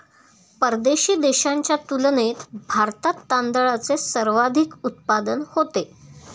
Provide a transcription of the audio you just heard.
परदेशी देशांच्या तुलनेत भारतात तांदळाचे सर्वाधिक उत्पादन होते